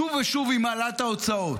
שוב ושוב היא מעלה את ההוצאות.